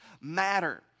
matter